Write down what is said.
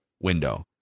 window